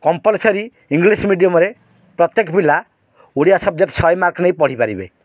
compulsory English ମିଡ଼ିୟମ୍ରେ ପ୍ରତ୍ୟେକ ପିଲା ଓଡ଼ିଆ ସବଜେକ୍ଟ ଶହେ ମାର୍କ ନେଇ ପଢ଼ିପାରିବେ